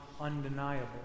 undeniable